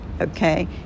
okay